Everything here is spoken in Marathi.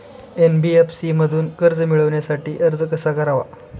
एन.बी.एफ.सी मधून कर्ज मिळवण्यासाठी अर्ज कसा करावा?